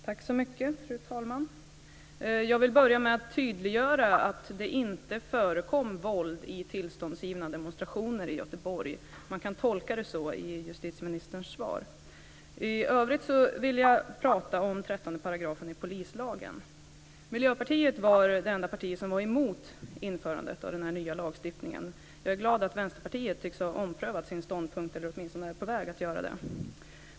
Fru talman! Jag vill börja med att tydliggöra att det inte förekom våld i tillståndsgivna demonstrationer i Göteborg. Man kan tolka det så i justitieministerns svar. I övrigt vill jag prata om 13 § i polislagen. Miljöpartiet var det enda parti som var emot införandet av den nya lagstiftningen. Jag är glad att Vänsterpartiet tycks ha omprövat sin ståndpunkt, eller åtminstone är på väg att göra det.